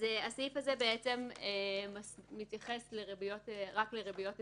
הסעיף הזה מתייחס רק לריביות הסכמיות,